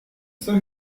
cinq